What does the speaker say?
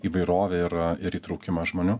įvairovę ir ir įtraukimą žmonių